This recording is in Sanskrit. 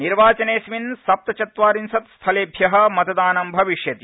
निर्वाचनेऽस्मिन् सप्तचत्वारिशत् स्थलेभ्य मतदानं भविष्यति